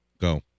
Go